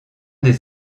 des